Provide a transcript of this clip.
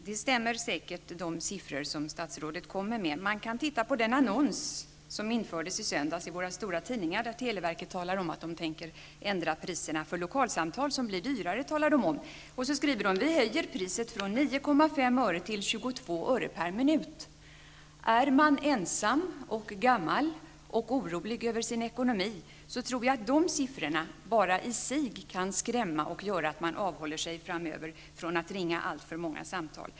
Fru talman! De siffror statsrådet presenterar stämmer säkert. I den annons som infördes i söndags i våra stora tidningar talade televerket om att man tänker ändra priserna för lokalsamtal så att dessa blir dyrare. Man skriver: Vi höjer priset från 9,5 öre till 22 öre per minut. Är man ensam, gammal och orolig över sin ekonomi tror jag att bara de siffrorna i sig kan skrämma och göra att man framöver avhåller sig från att ringa alltför många samtal.